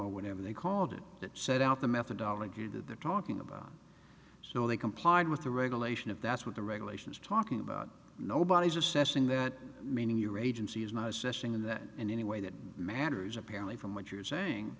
l whatever they called it that set out the methodology that they're talking about so they complied with the regulation if that's what the regulations talking about nobody's assessing that meaning your agency is not assisting in that in any way that matters apparently from what you're saying